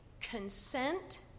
consent